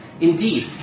Indeed